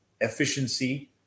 efficiency